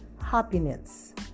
happiness